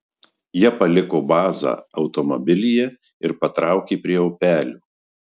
jie paliko bazą automobilyje ir patraukė prie upelio